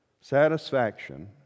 Satisfaction